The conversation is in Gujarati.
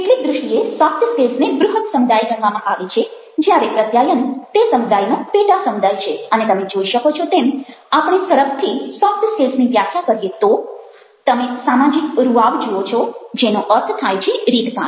કેટલીક દ્રષ્ટિએ સોફ્ટ સ્કિલ્સને બૃહદ સમુદાય ગણવામાં આવે છે જ્યારે પ્રત્યાયન તે સમુદાયનો પેટા સમુદાય છે અને તમે જોઈ શકો છો તેમ આપણે ઝડપથી સોફ્ટ સ્કિલ્સની વ્યાખ્યા કરીએ તો તમે સામાજિક રૂઆબ જુઓ છો જેનો અર્થ થાય છે રીતભાત